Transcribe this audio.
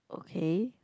okay